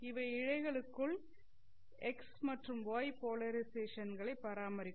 இவை இழைகளுக்குள் x மற்றும் y போலரைசேஷன் களை பராமரிக்கும்